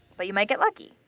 but you might get lucky!